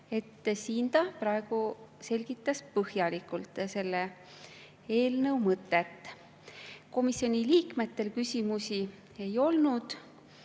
siin ta selgitas põhjalikult selle eelnõu mõtet. Komisjoni liikmetel küsimusi ei olnud